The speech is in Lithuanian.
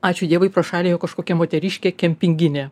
ačiū dievui pro šalį ėjo kažkokia moteriškė kempinginė